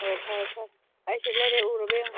ꯑꯣ ꯐꯔꯦ ꯐꯔꯦ ꯑꯩ ꯁꯤꯗ ꯂꯩꯔꯦ ꯎꯔꯕ ꯌꯦꯡꯎ